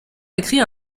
écrit